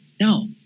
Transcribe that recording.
No